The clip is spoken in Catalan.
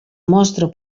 mostra